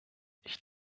ich